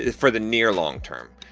for the near long-term,